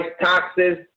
taxes